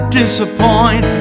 disappoint